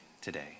today